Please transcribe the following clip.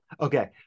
Okay